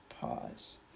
Pause